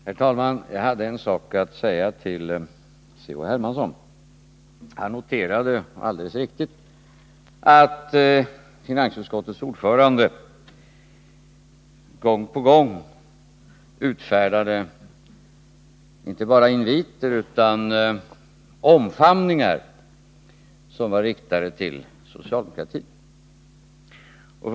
Herr talman! Jag hade en sak att säga till C.-H. Hermansson. Han noterade alldeles riktigt att finansutskottets ordförande gång på gång inte bara utfärdade inviter till socialdemokratin utan rent av inbjöd till omfamningar.